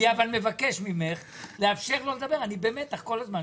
אני מבקש ממך לאפשר לו לדבר, אני במתח כל הזמן.